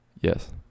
Yes